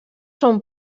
són